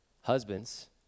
Husbands